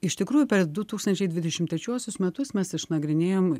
iš tikrųjų per du tūkstančiai dvidešimt trečiuosius metus mes išnagrinėjom